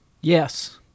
Yes